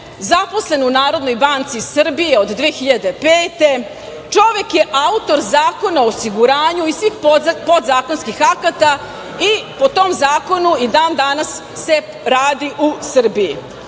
zaposlen u Narodnoj banci Srbije od 2005. godine. Čovek je autor Zakona o osiguranju i svih podzakonskih akata i po tom zakonu i dan-danas se radi u Srbiji.